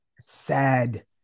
sad